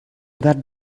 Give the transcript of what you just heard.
that